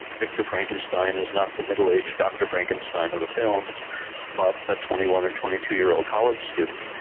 victor frankenstein is not the middle-aged dr frankenstein of the films but a twenty one or twenty two year old college student,